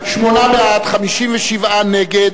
שמונה בעד, 57 נגד,